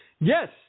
Yes